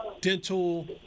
dental